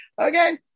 okay